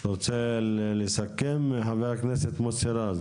אתה רוצה לסכם חבר הכנסת מוסי רז?